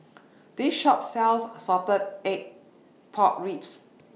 This Shop sells Salted Egg Pork Ribs